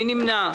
מי נמנע?